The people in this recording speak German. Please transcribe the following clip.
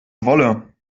wolle